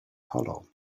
hollow